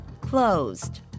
closed